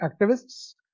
activists